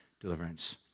deliverance